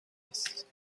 است